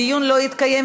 הדיון לא התקיים,